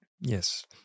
Yes